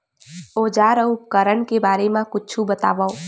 औजार अउ उपकरण के बारे मा कुछु बतावव?